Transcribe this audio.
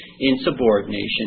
insubordination